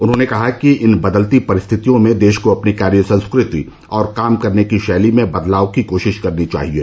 उन्होंने कहा कि इन बदलती परिस्थितियों में देश को अपनी कार्य संस्कृति और काम करने की शैली में बदलाव की कोशिश करनी चाहिये